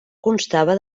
constava